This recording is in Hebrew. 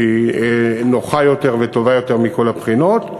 שהיא נוחה יותר וטובה יותר מכל הבחינות.